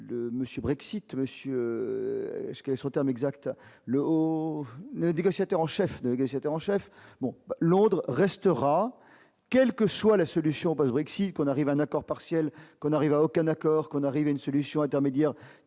négociateur en chef négociateur en chef bon l'Londres restera, quelle que soit la solution passe Brixy qu'on arrive à un accord partiel qu'on arrive à aucun accord, qu'on arrive à une solution intermédiaire